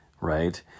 Right